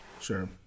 sure